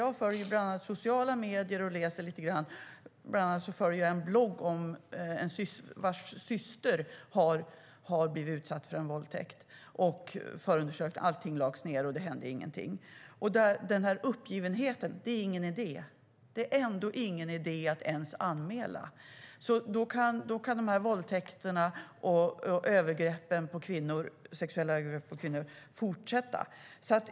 Jag följer sociala medier och läser bland annat en blogg hos en person vars syster har blivit utsatt för en våldtäkt. Allt lades ned och det hände ingenting. Det blir en uppgivenhet - det är ingen idé att ens anmäla. Då kan våldtäkterna och sexuella övergreppen på kvinnor fortsätta.